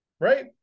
right